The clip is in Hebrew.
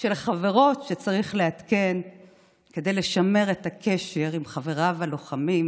של חברות שצריך לעדכן כדי לשמר את הקשר עם חבריו הלוחמים,